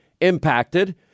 impacted